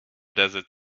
desert